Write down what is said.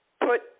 Put